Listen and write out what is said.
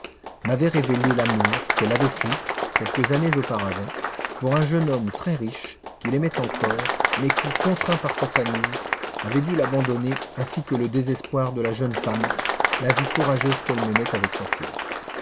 m'avaient révélé l'amour qu'elle avait eu quelques années auparavant pour un jeune homme très riche qui l'aimait encore mais qui contraint par sa famille avait dû l'abandonner le désespoir de la jeune femme la vie courageuse qu'elle menait avec sa fille